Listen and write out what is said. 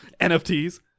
nfts